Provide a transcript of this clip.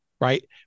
right